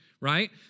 right